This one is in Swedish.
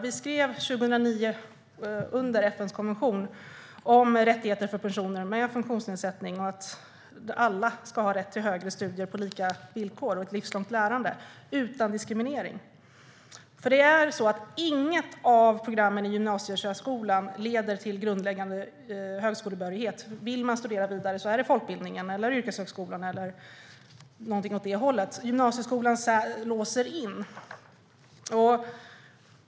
Vi skrev 2009 under FN:s konvention om rättigheter för personer med funktionsnedsättning och att alla ska ha rätt till högre studier på lika villkor och till ett livslångt lärande - utan diskriminering. Inget av programmen i gymnasiesärskolan leder till grundläggande högskolebehörighet. Vill man studera vidare är det folkbildningen, yrkeshögskolan eller någonting åt det hållet. Gymnasiesärskolan låser in.